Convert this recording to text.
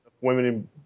women